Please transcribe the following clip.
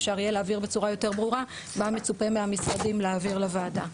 יהיה אפשר להעביר בצורה ברורה יותר מה מצופה מהמשרדים להעביר לוועדה.